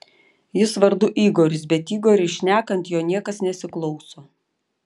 jis vardu igoris bet igoriui šnekant jo niekas nesiklauso